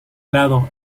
lado